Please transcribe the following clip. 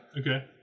okay